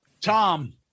tom